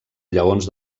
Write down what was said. lleons